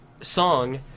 song